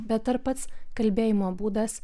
bet ar pats kalbėjimo būdas